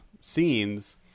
scenes